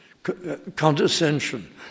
condescension